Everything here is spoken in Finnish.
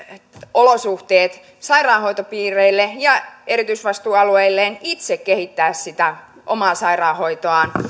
olosuhteet sairaanhoitopiireille ja erityisvastuualueille itse kehittää sitä sairaanhoitoaan